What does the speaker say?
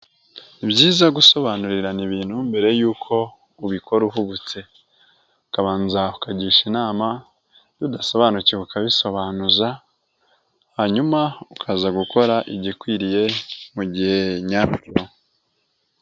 Ni byiza gusobanurirana ibintu mbere yuko ubikora uhubutse, ukabanza ukagisha inama ibyo udasobanukiwe ukabisobanuza hanyuma ukaza gukora igikwiriye mu gihe nyacyo.